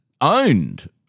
owned